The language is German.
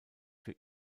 für